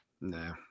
No